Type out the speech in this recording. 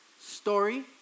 story